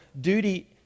duty